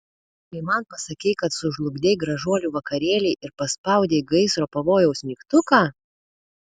kai man pasakei kad sužlugdei gražuolių vakarėlį ir paspaudei gaisro pavojaus mygtuką